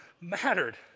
mattered